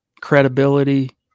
credibility